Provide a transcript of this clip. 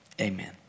amen